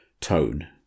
tone